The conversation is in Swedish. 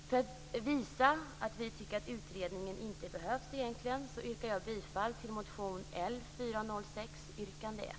För att visa att vi inte tycker att utredningen behövs yrkar jag bifall till motion L406, yrkande 1.